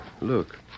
Look